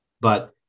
but-